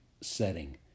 setting